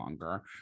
longer